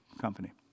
company